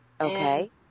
Okay